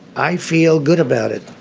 i feel good about it.